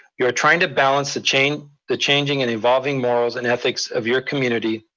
you are trying to balance the changing the changing and evolving morals and ethics of your community,